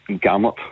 gamut